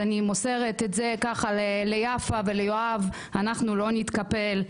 אבל אנחנו לא נתקפל,